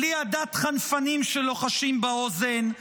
בלי עדת חנפנים שלוחשים באוזן.